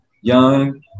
young